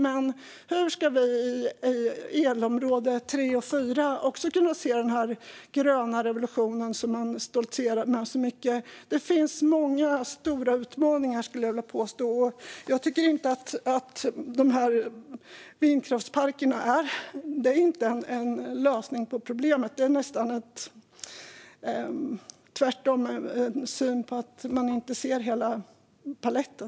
Men hur ska vi i elområde 3 och 4 också få se den gröna revolution som man stoltserar så mycket med? Det finns många stora utmaningar. Jag tycker inte att vindkraftsparkerna är en lösning på problemet. Det är nästan tvärtom. De visar snarare på att man inte ser hela paletten.